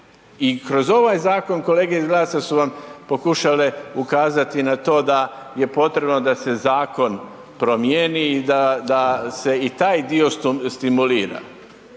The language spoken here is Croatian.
I kroz ovaj zakon kolege iz GLAS-a su vam pokušale ukazati na to da je potrebno da se zakon promijeni i da, da se i taj dio stimulira.